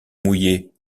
mouillaient